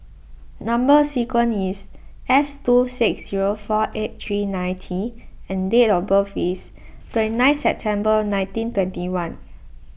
Number Sequence is S two six zero four eight three nine T and date of birth is twenty nine September nineteen twenty one